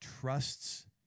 trusts